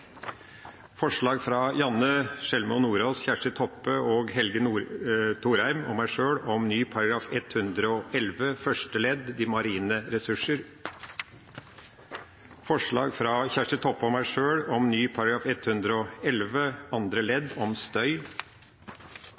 fra representantene Janne Sjelmo Nordås, Kjersti Toppe, Helge Thorheim og meg sjøl om ny § 111 første ledd, de marine ressurser. Det gjelder grunnlovsforslag fra representanten Kjersti Toppe og meg sjøl om ny § 111 andre ledd, om støy.